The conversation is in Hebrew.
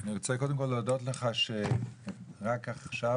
אני רוצה קודם כל להודות לך שרק עכשיו,